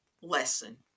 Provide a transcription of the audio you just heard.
lesson